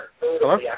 Hello